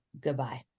goodbye